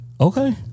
Okay